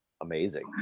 Amazing